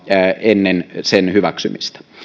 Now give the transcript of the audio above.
ennen sen hyväksymistä